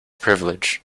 privilege